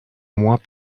mois